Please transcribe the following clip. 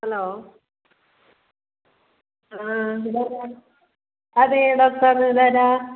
hello ആ ഇതാരാ അതെ ഡോക്ടറാണ് ഇതാരാ